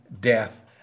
death